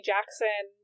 Jackson